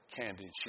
candy